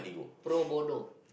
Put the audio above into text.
pro bono